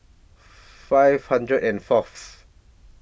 five hundred and Fourth